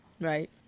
right